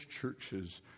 churches